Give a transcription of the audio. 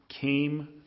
came